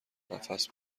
نفس